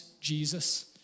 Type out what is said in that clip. Jesus